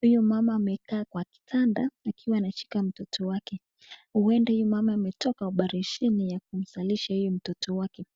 huyu mama amekaa kwa kitanda akiwa ameshika mtoto wake, huenda huyu mama ametoka oparesheni ya kumzalisha huyu mtoto wake.